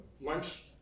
lunch